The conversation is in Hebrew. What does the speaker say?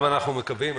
גם אנחנו מקווים.